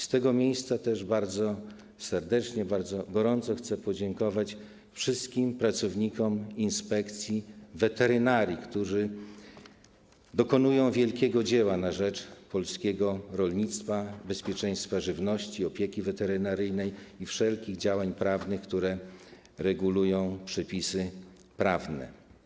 Z tego miejsca chcę też bardzo serdecznie, bardzo gorąco podziękować wszystkim pracownikom Inspekcji Weterynarii, którzy dokonują wielkiego dzieła na rzecz polskiego rolnictwa, bezpieczeństwa żywności i opieki weterynaryjnej i podejmują wszelkie działania, które regulują przepisy prawne.